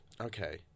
Okay